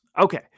Okay